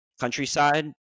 countryside